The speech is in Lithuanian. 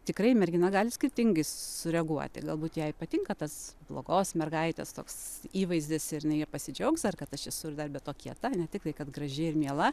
tikrai mergina gali skirtingai sureaguoti galbūt jai patinka tas blogos mergaitės toks įvaizdis ir jinai juo pasidžiaugs kad aš esu ir dar be to kieta ne tiktai kad graži ir miela